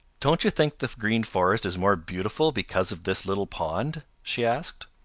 don't you think the green forest is more beautiful because of this little pond? she asked.